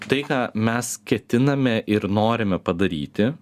tai ką mes ketiname ir norime padaryti